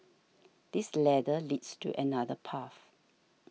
this ladder leads to another path